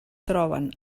troben